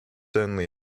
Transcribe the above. only